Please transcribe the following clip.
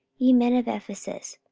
ye men of ephesus,